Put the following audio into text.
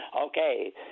Okay